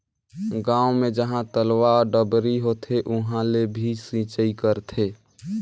गांव मे जहां तलवा, डबरी होथे उहां ले भी सिचई करथे